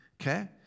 okay